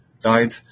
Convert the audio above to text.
died